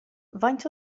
faint